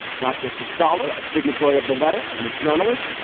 not just a scholar, a signatory of the letter and a journalist,